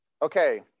Okay